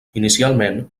inicialment